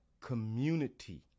community